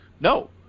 No